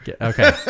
Okay